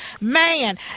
MAN